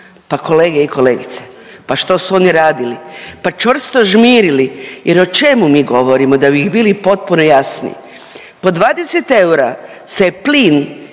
Pa kolege i kolegice, pa što su oni radili? Pa čvrsto žmirili jer o čemu mi govorimo da bi bili potpuno jasni. Po 20 eura se plin